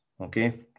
okay